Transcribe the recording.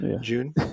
june